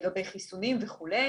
לגבי חיסונים וכולי.